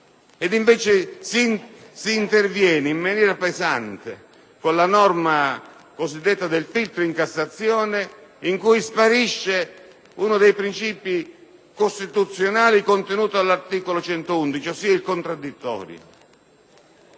invece si interviene in maniera pesante con la norma cosiddetta del filtro in Cassazione, in cui sparisce uno dei princìpi costituzionali contenuto all'articolo 111, ossia il contraddittorio,